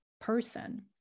person